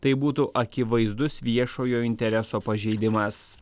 tai būtų akivaizdus viešojo intereso pažeidimas